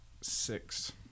six